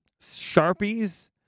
sharpies